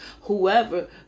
whoever